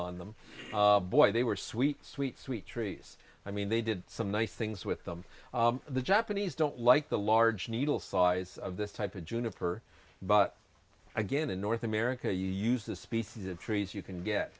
on them boy they were sweet sweet sweet trees i mean they did some nice things with them the japanese don't like the large needle size of this type of juniper but again in north america you use this species of trees you can